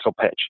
pitch